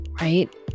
right